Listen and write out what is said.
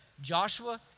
Joshua